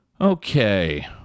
Okay